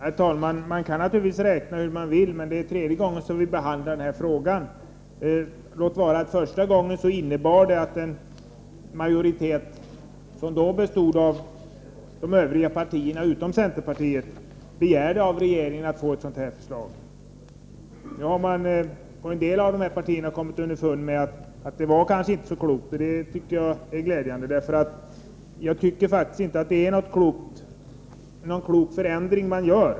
Herr talman! Man kan naturligtvis räkna hur man vill, men det är nu tredje gången som vi behandlar denna fråga — låt vara att den första gången innebar att en majoritet, som bestod av de övriga partierna utom centerpartiet, begärde att få ett sådant här förslag av regeringen. Nu har man i en del av dessa partier kommit underfund med att beslutet kanske inte var så klokt, och det är glädjande. Jag tycker inte att man gör någon klok förändring.